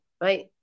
right